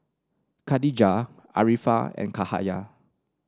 Katijah Arifa and Cahaya